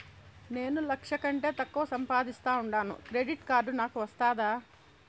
నేను లక్ష కంటే తక్కువ సంపాదిస్తా ఉండాను క్రెడిట్ కార్డు నాకు వస్తాదా